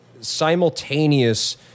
simultaneous